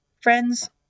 Friends